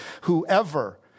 Whoever